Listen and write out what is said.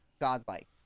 godlike